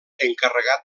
encarregat